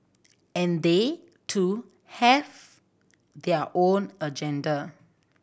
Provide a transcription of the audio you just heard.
and they too have their own agenda